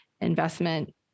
investment